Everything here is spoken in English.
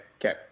okay